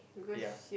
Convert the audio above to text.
yeah